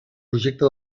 projecte